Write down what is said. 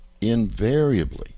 invariably